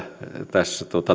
tästä